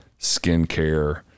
skincare